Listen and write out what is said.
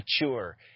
mature